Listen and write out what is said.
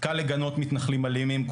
קל לגנות מתנחלים אלימים,